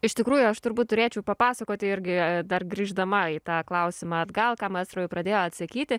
iš tikrųjų aš turbūt turėčiau papasakoti irgi dar grįždama į tą klausimą atgal ką maestro jau pradėjo atsakyti